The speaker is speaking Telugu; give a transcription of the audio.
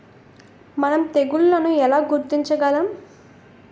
మనం తెగుళ్లను ఎలా గుర్తించగలం?